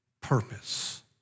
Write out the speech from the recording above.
purpose